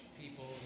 people